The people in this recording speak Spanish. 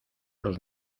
los